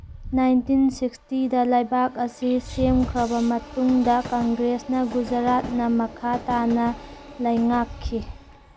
nineteen ꯁꯤꯛꯁꯇꯤꯗ ꯂꯩꯕꯥꯛ ꯑꯁꯤ ꯁꯦꯝꯈ꯭ꯔꯕ ꯃꯇꯨꯡꯗ ꯀꯪꯒ꯭ꯔꯦꯁꯅ ꯒꯨꯖꯔꯥꯠꯅ ꯃꯈꯥ ꯇꯥꯅ ꯂꯩꯉꯥꯛꯈꯤ